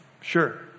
Sure